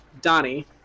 Donnie